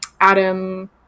adam